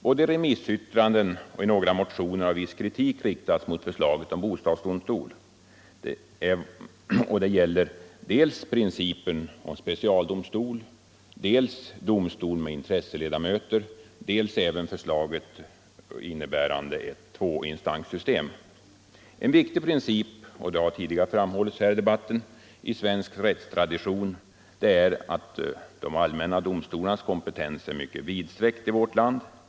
Både i remissyttranden och i några motioner har viss kritik riktats mot förslaget om bostadsdomstol, vad gäller dels principen om specialdomstol, dels domstol med intresseledamöter, dels även att förslaget innebär ett tvåinstanssystem. En viktig princip i svensk rättstradition är — det har påpekats tidigare i debatten — att de allmänna domstolarnas kompetens är mycket vidsträckt.